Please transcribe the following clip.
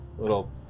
Little